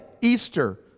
Easter